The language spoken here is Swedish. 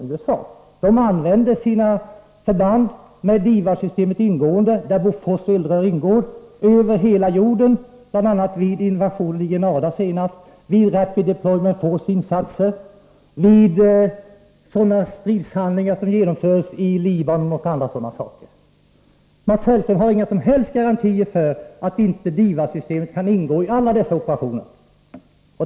Detta land använder sina förband med DIVAD-system, och däri ingår Bofors eldrör, över hela jorden vid RDF insatser, vid stridshandlingar i Libanon och nu senast vid invasionen i Grenada. Mats Hellström har inga som helst garantier för att DIVAD systemet inte ingår i alla dessa operationer.